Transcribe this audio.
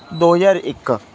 ਦੋ ਹਜ਼ਾਰ ਇੱਕ